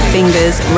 Fingers